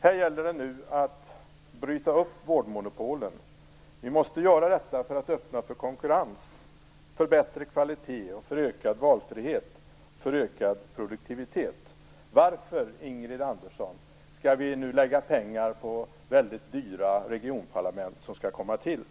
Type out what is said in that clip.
Här gäller det att nu bryta upp vårdmonopolet. Vi måste göra det för att öppna för konkurrens, bättre kvalitet, ökad valfrihet och ökad produktivitet. Varför, Ingrid Andersson, skall vi nu lägga pengar på väldigt dyra regionparlament som skall komma till?